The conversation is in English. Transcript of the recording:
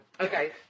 Okay